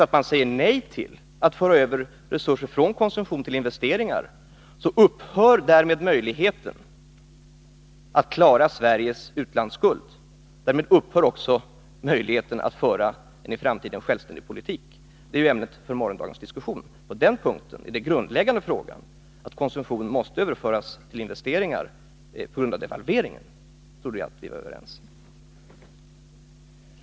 Om vi säger nej till att föra över resurser från konsumtion till investeringar så upphör möjligheten att klara Sveriges utlandsskuld. Därmed upphör också möjligheten att föra en i framtiden självständig politik. Det är ämnet för morgondagens diskussion, och på den punkten är det grundläggande att konsumtion måste överföras till investeringar på grund av devalveringen — det trodde jag att vi var överens om.